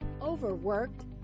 Overworked